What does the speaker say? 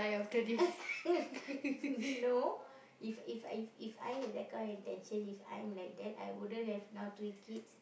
no if if if If I have that kind of intention if I'm like that I wouldn't have now three kids